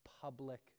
public